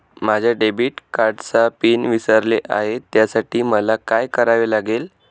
माझ्या डेबिट कार्डचा पिन विसरले आहे त्यासाठी मला काय करावे लागेल?